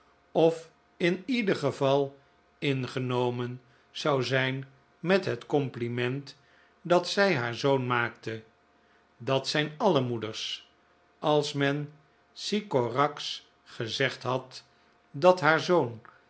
of in ieder geval ingenomen zou zijn met het compliment dat zij haar zoon maakte dat zijn alle moeders als men sicorax gezegd had dat haar zoon